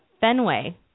Fenway